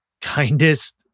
kindest